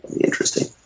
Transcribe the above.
Interesting